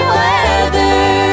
weather